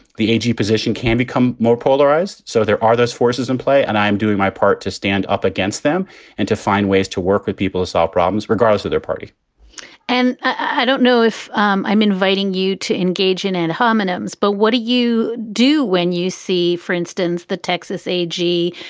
the a g. position can become more polarized. so there are those forces in play and i am doing my part to stand up against them and to find ways to work with people to solve problems regardless of their party and i don't know if um i'm inviting you to engage in an homonyms, but what do you do when you see, for instance, the texas a g.